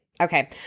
Okay